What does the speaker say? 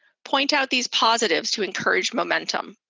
point out these positives to encourage momentum.